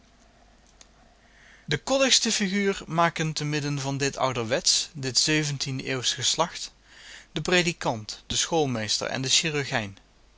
de koddigste figuur maken te midden van dit ouderwetsch dit zeventiende eeuwsch geslacht de predikant de schoolmeester en de chirurgijn